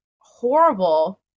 horrible